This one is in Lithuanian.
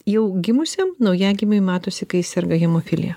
jau gimusiam naujagimiui matosi kai jis serga hemofilija